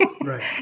Right